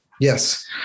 Yes